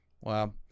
Wow